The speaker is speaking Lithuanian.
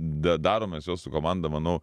da darom mes juos su komanda manau